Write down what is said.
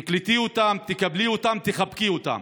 תקלטי אותם, תקבלי אותם, תחבקי אותם.